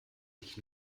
sich